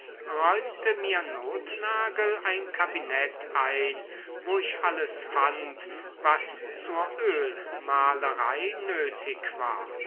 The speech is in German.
räumte mir nothnagel ein kabinett ein wo ich alles fand was zur ölmalerei nötig war